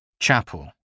Chapel